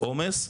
עומס.